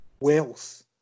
wealth